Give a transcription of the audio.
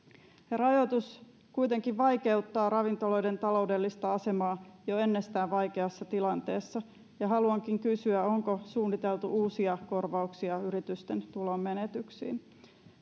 rajoitus kuitenkin vaikeuttaa ravintoloiden taloudellista asemaa jo ennestään vaikeassa tilanteessa ja haluankin kysyä onko suunniteltu uusia korvauksia yritysten tulonmenetyksiin